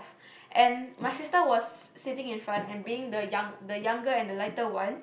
and my sister was sitting in front and being the young the younger and the lighter one